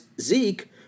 Zeke